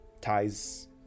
ties